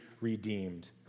redeemed